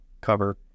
cover